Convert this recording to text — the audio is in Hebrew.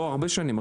הרבה שנים.